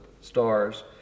stars